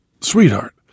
sweetheart